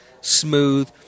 smooth